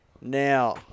Now